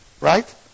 Right